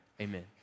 Amen